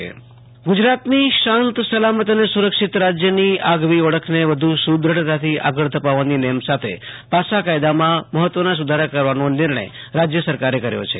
આશ્રુતોષ અંતાણી રાજ્યઃ પાસા સુધારોઃ ગુજરાતની શાંત સલામત અને સુરક્ષિત રાજ્યની આગવી ઓળખને વધુ સુદ્રઢતોથી આગળ ધપાવવાની નેમ સાથે પાસા કાયદામાં મહત્ત્વના સુધારા કરવાનો નિર્ણથ રાજ્ય સરકારે કર્યો છે